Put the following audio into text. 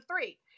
three